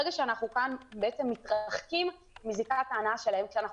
ברגע שכאן אנחנו מתרחקים מזיקת ההנאה שלהן כי אנחנו